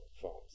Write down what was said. forms